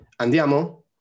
Andiamo